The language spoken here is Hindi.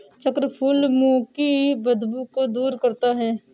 चक्रफूल मुंह की बदबू को कम करता है